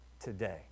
today